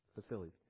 facility